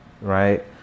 Right